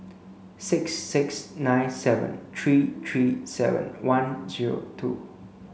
six six nine seven three three seven one zero two